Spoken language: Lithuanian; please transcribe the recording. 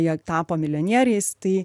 jie tapo milijonieriais tai